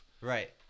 right